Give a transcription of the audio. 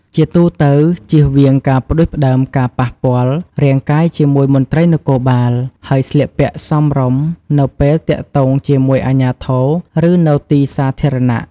ជាទូទៅ ជៀសវាងការផ្តួចផ្តើមការប៉ះពាល់រាងកាយជាមួយមន្ត្រីនគរបាល ហើយស្លៀកពាក់សមរម្យនៅពេលទាក់ទងជាមួយអាជ្ញាធរ ឬនៅទីសាធារណៈ។